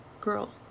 girl